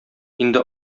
инде